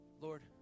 Lord